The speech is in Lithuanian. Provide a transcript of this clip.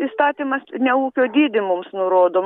įstatymas ne ūkio dydį mums nurodo